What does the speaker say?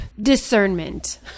discernment